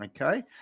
okay